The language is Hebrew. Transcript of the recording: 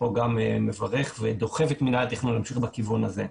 כאן אני מברך ודוחף את מינהל התכנון להמשיך בכיוון הזה.